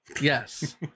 Yes